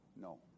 No